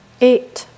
eight